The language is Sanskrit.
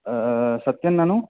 सत्यं ननु